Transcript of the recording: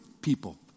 people